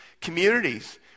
communities